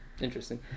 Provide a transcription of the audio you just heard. interesting